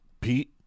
Pete